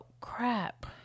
crap